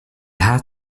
had